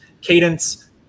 Cadence